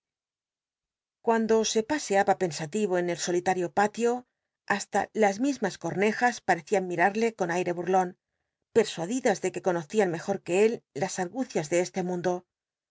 cuando se paseaba pensa tivo en el solitario patio hasta las mismas cornejas parecian mirarle con aire bul'lon persuadidas de que conocían mejue él las argucias de este mundo